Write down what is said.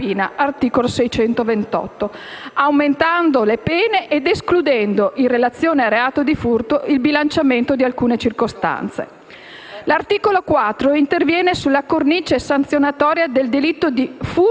L'articolo 4 interviene sulla cornice sanzionatoria del delitto di furto